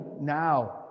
now